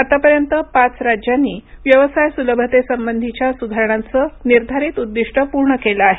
आतापर्यंत पाच राज्यांनी व्यवसाय सुलभतेसंबंधीच्या सुधारणांचं निर्धारित उद्दिष्ट पूर्ण केलं आहे